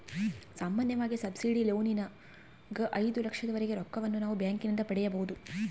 ಸಾಮಾನ್ಯವಾಗಿ ಸಬ್ಸಿಡಿ ಲೋನಿನಗ ಐದು ಲಕ್ಷದವರೆಗೆ ರೊಕ್ಕವನ್ನು ನಾವು ಬ್ಯಾಂಕಿನಿಂದ ಪಡೆಯಬೊದು